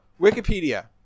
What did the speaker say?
Wikipedia